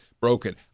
broken